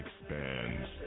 expands